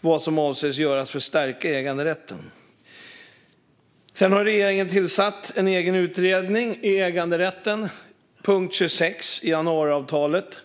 vad man avser att göra för att stärka äganderätten. Regeringen har tillsatt en egen utredning om äganderätten enligt punkt 26 i januariavtalet.